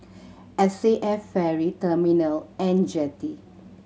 S A F Ferry Terminal And Jetty